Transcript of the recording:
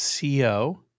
co